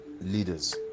leaders